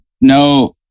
no